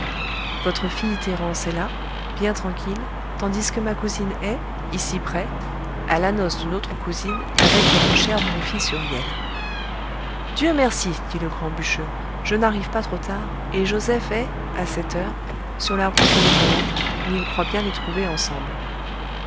votre fille thérence est là bien tranquille tandis que ma cousine est ici près à la noce d'une autre cousine avec votre cher bon fils huriel dieu merci dit le grand bûcheux je n'arrive pas trop tard et joseph est à cette heure sur la route de nohant où il croit bien les trouver ensemble